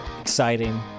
exciting